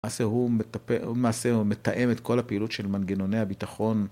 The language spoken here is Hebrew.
למעשה הוא מתאם את כל הפעילות של מנגנוני הביטחון.